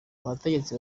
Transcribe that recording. abategetsi